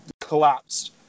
collapsed